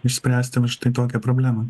išspręsti va štai tokią problemą